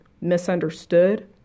misunderstood